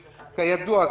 כידוע,